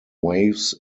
waves